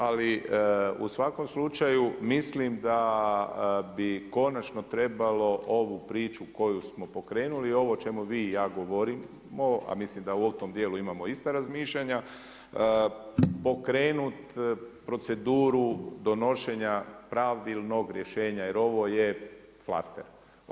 Ali u svakom slučaju mislim da bi konačno trebalo ovu priču koju smo pokrenuli, ovo o čemu vi i ja govorimo a mislim da u tom dijelu imamo ista razmišljanja pokrenut proceduru donošenja pravilnog rješenja, jer ovo je flaster.